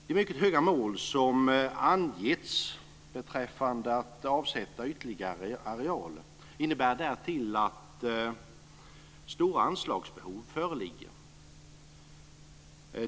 Det är mycket höga mål som har angetts beträffande att avsätta ytterligare arealer. Det innebär därtill att stora anslagsbehov föreligger.